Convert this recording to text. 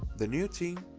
the new team,